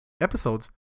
episodes